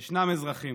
יש אזרחים,